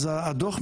הדוח,